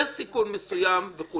יש בו סיכון מסוים וכו'.